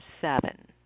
seven